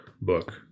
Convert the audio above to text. book